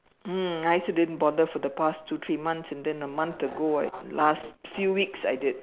mm I actually didn't bother for the past two three months and then a month ago I like the last few weeks I did